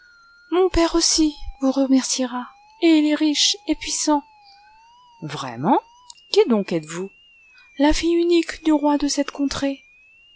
mon père aussi vous remerciera et il est riche et puissant vraiment qui donc êtes-vous la fille unique du roi de cette contrée